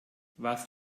was